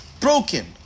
broken